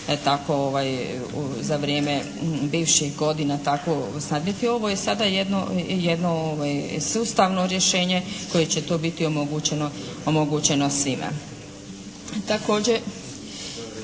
razumije./… ovo je sada jedno sustavno rješenje koje će to biti omogućeno svima.